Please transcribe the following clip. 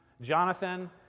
Jonathan